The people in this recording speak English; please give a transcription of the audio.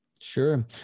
Sure